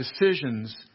decisions